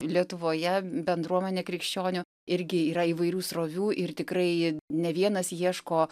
lietuvoje bendruomenė krikščionių irgi yra įvairių srovių ir tikrai ne vienas ieško